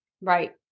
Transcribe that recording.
Right